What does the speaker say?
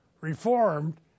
reformed